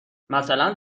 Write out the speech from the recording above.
مثلا